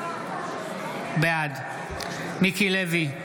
בעד מיקי לוי,